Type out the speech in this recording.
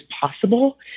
possible